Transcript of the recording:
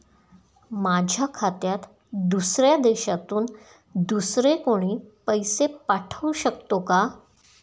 माझ्या खात्यात दुसऱ्या देशातून दुसरे कोणी पैसे पाठवू शकतो का?